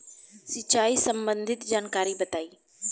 सिंचाई संबंधित जानकारी बताई?